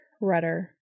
Rudder